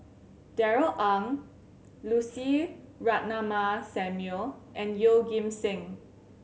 Darrell Ang Lucy Ratnammah Samuel and Yeoh Ghim Seng